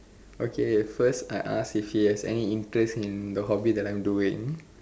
okay first I ask if he has any interest in the hobby that I am doing